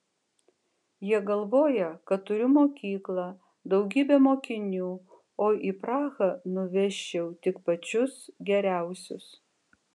jie galvoja kad turiu mokyklą daugybę mokinių o į prahą nuvežiau tik pačius geriausius